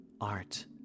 Art